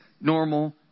normal